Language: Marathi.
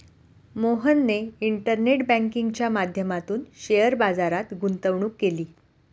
मोहनने इंटरनेट बँकिंगच्या माध्यमातून शेअर बाजारात गुंतवणूक केली